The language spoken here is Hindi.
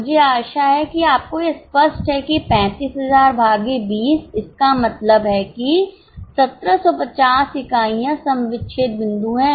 मुझे आशा है कि आपको यह स्पष्ट है कि 35000 भागे 20 इसका मतलब है कि 1750 इकाइयां सम विच्छेद बिंदु हैं